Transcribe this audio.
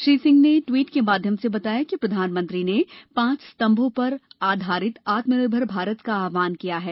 श्री सिंह ने ट्वीट के माध्यम से बताया कि प्रधानमंत्री ने पांच स्तभों पर आधारित आत्मनिर्भर भारत का आह्वान किया है